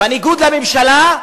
בניגוד לממשלה,